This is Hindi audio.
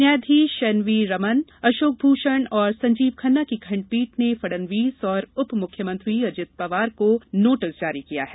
न्यायाधीश एनवी रमन्नो अशोक भूषण और संजीव खन्ना की खंडपीठ ने फडणवीस और उप मुख्यमंत्री अजीत पवार को भी नोटिस जारी किया है